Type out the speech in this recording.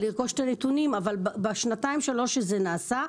אבל בשנתיים-שלוש שזה נעשה,